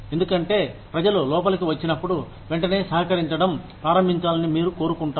ఎందుకంటే ప్రజలు లోపలికి వచ్చినప్పుడు వెంటనే సహకరించడం ప్రారంభించాలని మీరు కోరుకుంటారు